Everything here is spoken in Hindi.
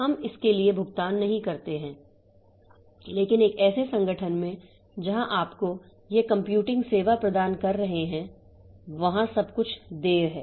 हम इसके लिए भुगतान नहीं करते हैं लेकिन एक ऐसे संगठन में जहां आपको यह कंप्यूटिंग सेवा प्रदान कर रहे हैं वहां सब कुछ देय है